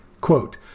Quote